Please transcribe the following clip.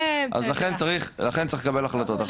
לכן צריך לקבל החלטות.